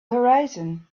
horizon